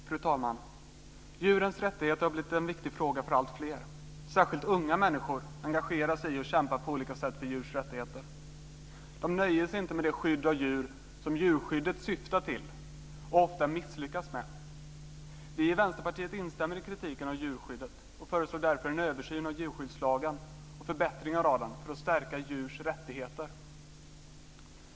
Fru talman! Djurens rättigheter har blivit en viktig fråga för alltfler. Särskilt unga människor engagerar sig och kämpar på olika sätt för djurs rättigheter. De nöjer sig inte med det skydd av djur som djurskyddet syftar till, men ofta misslyckas med. Vi i Vänsterpartiet instämmer i kritiken av djurskyddet och föreslår därför en översyn och förbättringar av djurskyddslagen för att stärka djurs rättigheter.